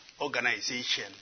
organization